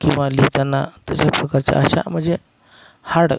किंवा लिहिताना तशा प्रकारच्या अशा म्हणजे हाडं